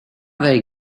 they